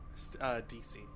DC